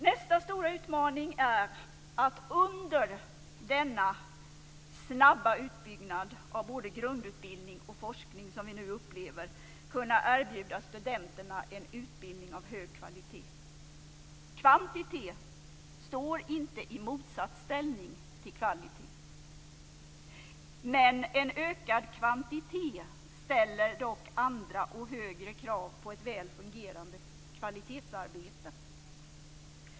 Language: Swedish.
Nästa stora utmaning är att under denna snabba utbyggnad av både grundutbildning och forskning som vi nu upplever kunna erbjuda studenterna en utbildning av hög kvalitet. Kvantitet står inte i motsatsställning till kvalitet. Men en ökad kvantitet ställer dock andra och högre krav på ett väl fungerande kvalitetsarbete.